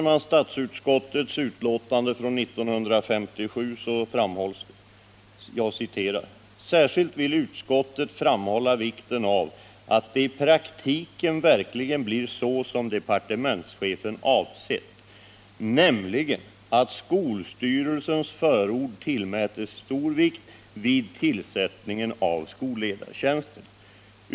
I statsutskottets utlåtande från 1957 framhålls följande: ”Särskilt vill utskottet framhålla vikten av att det i praktiken verkligen blir så som departementschefen avsett, nämligen att skolstyrelsens förord tillmätes stor vikt vid tillsättningen av skolledarbefattningarna.